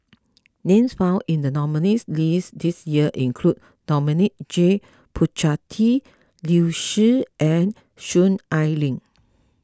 names found in the nominees' list this year include Dominic J Puthucheary Liu Si and Soon Ai Ling